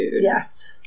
Yes